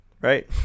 right